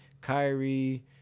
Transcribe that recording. Kyrie